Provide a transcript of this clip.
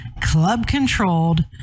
club-controlled